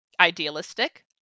Idealistic